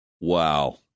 Wow